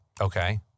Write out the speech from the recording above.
Okay